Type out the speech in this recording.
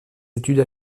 études